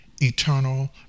eternal